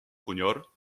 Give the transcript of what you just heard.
junior